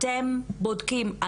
אתם בודקים,